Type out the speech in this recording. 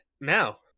now